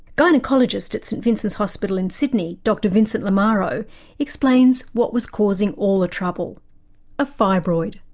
gynaecologist at st vincent's hospital in sydney dr vincent lamaro explains what was causing all the trouble a fibroid.